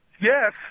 Yes